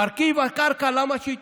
מרכיב הקרקע, למה שהוא יתייקר?